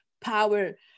power